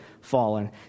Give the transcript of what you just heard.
fallen